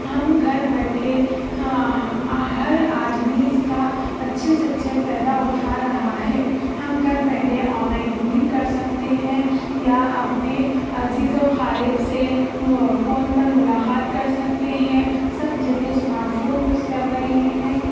ہم گھر بيٹھے ہر آدمى اس كا اچّھے سے اچّھے فائدہ أٹھا رہا ہے ہم گھر بيٹھے آن لائن بکنگ کر سکـتے ہیں یا اپنے عزیز و اقارب سے فون پر ملاقات کر سکتے ہیں سب جنے اسمارٹ فون یوز کر رہے ہیں